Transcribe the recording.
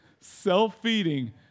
self-feeding